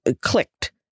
clicked